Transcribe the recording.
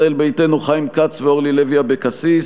ישראל ביתנו: חיים כץ ואורלי לוי אבקסיס.